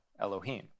Elohim